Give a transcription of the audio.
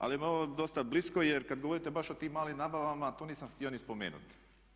Ali mi je ovo dosta blisko jer kad govorite baš o tim malim nabavama to nisam htio ni spomenuti.